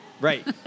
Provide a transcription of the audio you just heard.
Right